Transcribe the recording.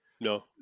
No